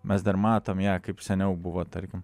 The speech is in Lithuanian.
mes dar matom ją kaip seniau buvo tarkim